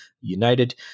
United